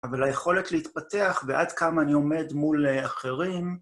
אבל היכולת להתפתח ועד כמה אני עומד מול אחרים.